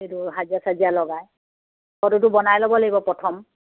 সেইটো হাজিৰা চাজিৰা লগাই ফটোটো বনাই ল'ব লাগিব প্ৰথম